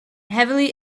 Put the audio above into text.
heavily